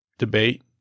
Debate